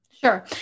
Sure